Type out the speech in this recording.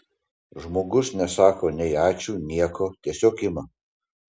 žmogus nesako nei ačiū nieko tiesiog ima